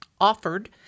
offered